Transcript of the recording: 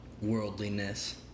worldliness